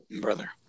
brother